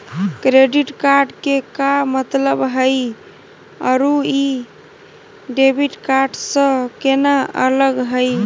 Credit card के का मतलब हई अरू ई डेबिट कार्ड स केना अलग हई?